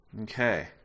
Okay